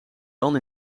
dan